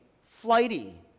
flighty